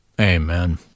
Amen